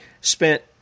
spent